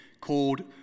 called